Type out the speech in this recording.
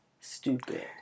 stupid